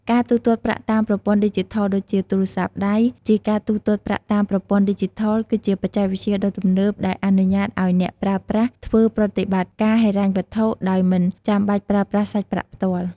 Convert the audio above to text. ការទូទាត់ប្រាក់តាមប្រព័ន្ធឌីជីថលដូចជា ទូរសព័្ទដៃ ជាការទូទាត់ប្រាក់តាមប្រព័ន្ធឌីជីថល គឺជាបច្ចេកវិទ្យាដ៏ទំនើបដែលអនុញ្ញាតឲ្យអ្នកប្រើប្រាស់ធ្វើប្រតិបត្តិការហិរញ្ញវត្ថុដោយមិនចាំបាច់ប្រើប្រាស់សាច់ប្រាក់ផ្ទាល់។